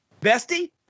Bestie